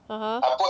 (uh huh)